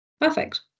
perfect